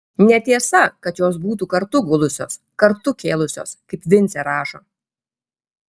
netiesa kad jos būtų kartu gulusios kartu kėlusios kaip vincė rašo